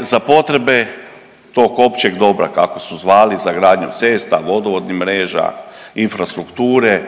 za potrebe tog općeg dobra kako su zvali za gradnju cesta, vodovodnih mreža, infrastrukture,